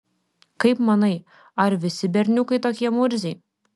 kaip manai ar visi berniukai tokie murziai